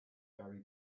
gary